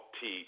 Teach